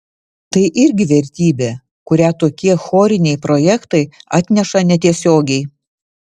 tai irgi vertybė kurią tokie choriniai projektai atneša netiesiogiai